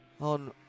on